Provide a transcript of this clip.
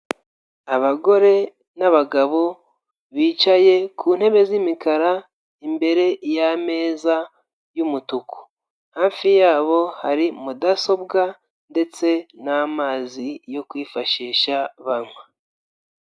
Abagore n'abagabo bicaye ku ntebe z'imikara imbere y'ameza y'umutuku. Hafi yabo hari mudasobwa ndetse n'amazi yo kwifashisha banywa.